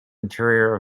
interior